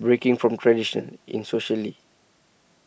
breaking from tradition in socially